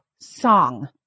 song